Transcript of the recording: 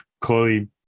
Chloe